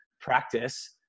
practice